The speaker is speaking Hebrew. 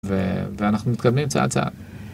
ו... ואנחנו מתקדמים צעד צעד.